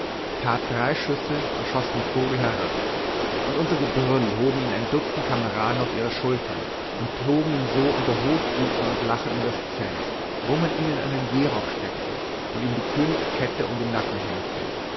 tat drei schüsse und schoß den vogel herab und unter gebrüll hoben ihn ein dutzend kameraden auf ihre schultern und trugen ihn so unter hochrufen und lachen in das zelt wo man ihn in einen gehrock steckte und ihm die königskette um den nacken hängte